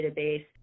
database